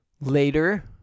later